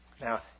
Now